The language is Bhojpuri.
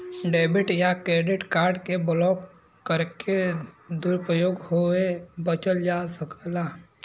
डेबिट या क्रेडिट कार्ड के ब्लॉक करके दुरूपयोग होये बचल जा सकला